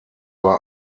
war